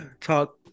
talk